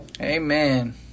Amen